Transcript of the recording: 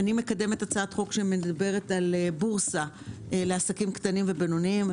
אני מקדמת הצעת חוק שמדברת על בורסה לעסקים קטנים ובינוניים.